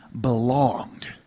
belonged